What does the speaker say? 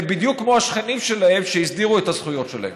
הם בדיוק כמו השכנים שלהם שהסדירו את הזכויות שלהם.